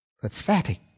pathetic